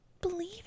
believe